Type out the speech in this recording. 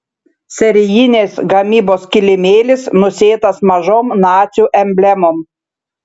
serijinės gamybos kilimėlis nusėtas mažom nacių emblemom